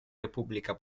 repubblica